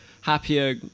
happier